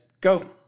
go